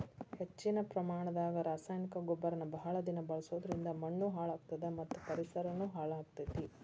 ಹೆಚ್ಚಿನ ಪ್ರಮಾಣದಾಗ ರಾಸಾಯನಿಕ ಗೊಬ್ಬರನ ಬಹಳ ದಿನ ಬಳಸೋದರಿಂದ ಮಣ್ಣೂ ಹಾಳ್ ಆಗ್ತದ ಮತ್ತ ಪರಿಸರನು ಹಾಳ್ ಆಗ್ತೇತಿ